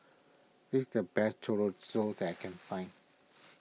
this is the best Chorizo that I can find